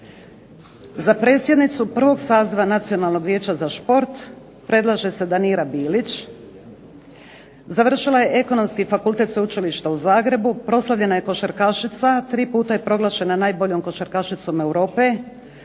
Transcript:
Za predsjednicu prvog saziva Nacionalnog vijeća za šport predlaže se Danira Bilić. Završila je Ekonomski fakultet Sveučilišta u Zagrebu. Proslavljena je košarkašica. Tri puta je proglašena najboljom košarkašicom Europe.